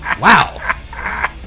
Wow